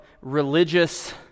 religious